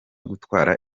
gutwara